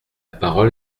parole